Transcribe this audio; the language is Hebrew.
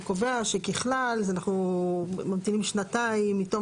הוא קובע שככלל אנחנו ממתינים שנתיים מתום